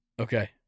Okay